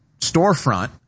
storefront